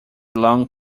long